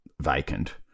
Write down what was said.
vacant